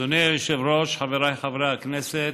אדוני היושב-ראש, חבריי חברי הכנסת,